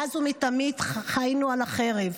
מאז ומתמיד חיינו על החרב.